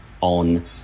on